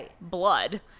blood